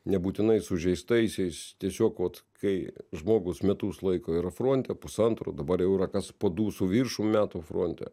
nebūtinai sužeistaisiais tiesiog vat kai žmogus metus laiko yra fronte pusantro dabar jau yra kas po du su viršum metų fronte